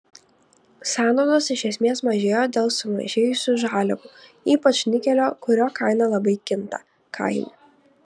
sąnaudos iš esmės mažėjo dėl sumažėjusių žaliavų ypač nikelio kurio kaina labai kinta kainų